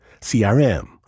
CRM